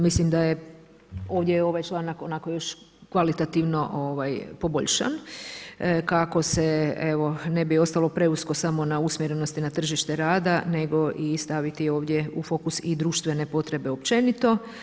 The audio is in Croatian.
Mislim da je ovdje ovaj članak onako još kvalitativno poboljšan, kako se evo ne bi ostalo preusko samo na usmjerenost na tržište rada, nego i staviti ovdje u fokus i društvene potrebe općenito.